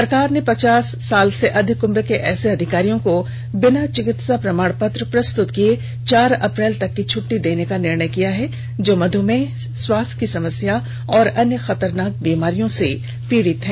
सरकार ने पचास साल से अधिक उम्र के ऐसे अधिकारियों को बिना चिकित्सा प्रमाण पत्र प्रस्तुत किए चार अप्रैल तक की छुट्टी देने का निर्णय किया है जो मध्मेह श्वास की समस्या और अन्य खतरनाक बीमारियों से पीड़ित हैं